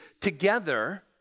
together